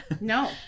no